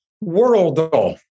world